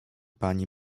pani